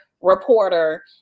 reporter